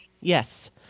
Yes